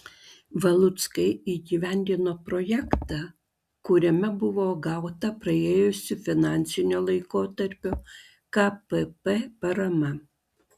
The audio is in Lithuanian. valuckai įgyvendino projektą kuriam buvo gauta praėjusio finansinio laikotarpio kpp parama